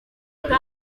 muri